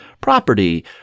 property